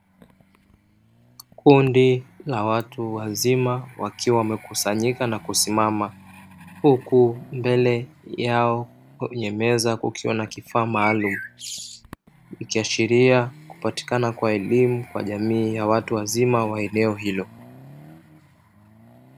Kundi la watu wazima wakiwa wamekusanyika na kusimama, huku mbele yao ya meza kukiwa na kifaa maalum ikiashiria kupatikana kwa elimu kwa jamii ya watu wazima wa eneo hilo.